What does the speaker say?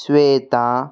శ్వేత